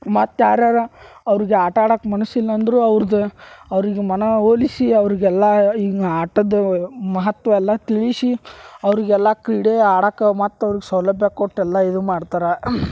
ಮತ್ತು ಯಾರ್ಯಾರ ಅವ್ರ್ಗೆ ಆಟ ಆಡಕ್ಕೆ ಮನಸಿಲ್ಲ ಅಂದರು ಅವ್ರ್ದು ಅವರಿಗೆ ಮನ ಒಲಿಸಿ ಅವ್ರ್ಗೆಲ್ಲಾ ಹಿಂಗೆ ಆಟದ ಮಹತ್ವ ಎಲ್ಲ ತಿಳಿಸಿ ಅವ್ರ್ಗೆಲ್ಲಾ ಕ್ರೀಡೆ ಆಡಾಕ ಮತ್ತು ಅವ್ರ್ಗೆ ಸೌಲಭ್ಯ ಕೊಟ್ಟು ಎಲ್ಲ ಇದು ಮಾಡ್ತಾರೆ